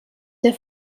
der